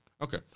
Okay